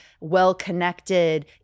well-connected